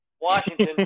Washington